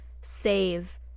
save